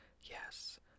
Yes